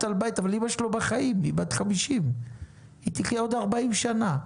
אמא שלו בת 50 והיא תחיה עוד 40 שנים,